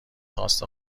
خواست